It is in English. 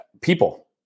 people